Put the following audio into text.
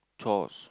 chores